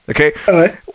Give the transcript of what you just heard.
Okay